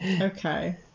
Okay